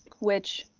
which,